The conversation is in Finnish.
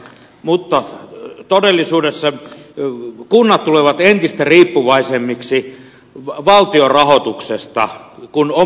mutta todellisuudessa kunnat tulevat entistä riippuvaisemmiksi valtion rahoituksesta kun oma veropohja heikkenee